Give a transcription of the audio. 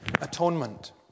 atonement